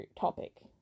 topic